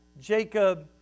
Jacob